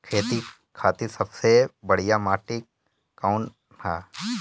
खेती खातिर सबसे बढ़िया माटी कवन ह?